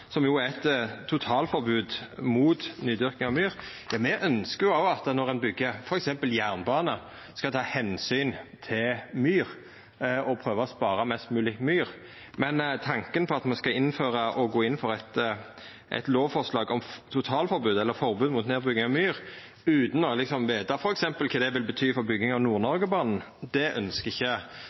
som jo inneber eit totalforbod mot nydyrka myr. Me ønskjer òg at når ein byggjer f.eks. jernbane, skal ein ta omsyn til myr og prøva å spara mest mogleg myr. Men tanken på at me skal gå inn for eit lovforslag om totalforbod eller forbod mot nedbygging av myr, utan å vita kva det vil bety f.eks. for bygging av Nord-Noregbanen, ønskjer ikkje